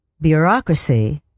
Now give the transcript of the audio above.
bureaucracy